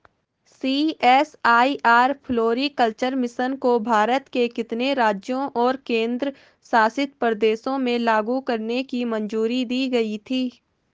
CSIR floriculture mission को भारत के कितने राज्यों और केंद्र शासित प्रदेशों में लागू करने की मंजूरी दी गई थी?